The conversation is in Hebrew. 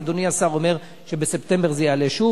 אדוני השר אומר שבספטמבר זה יעלה שוב.